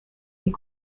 est